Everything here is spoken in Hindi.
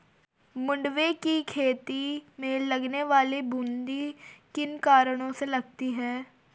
मंडुवे की खेती में लगने वाली बूंदी किन कारणों से लगती है?